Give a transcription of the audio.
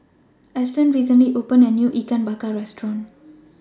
Eston recently opened A New Ikan Bakar Restaurant